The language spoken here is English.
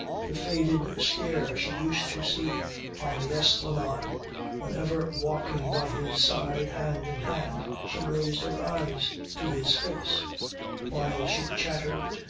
the faded stare she used to see on the esplanade whenever walking by his side hand in hand she raised her eyes to his face while she chattered,